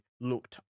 looked